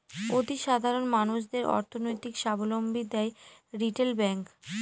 অতি সাধারণ মানুষদের অর্থনৈতিক সাবলম্বী দেয় রিটেল ব্যাঙ্ক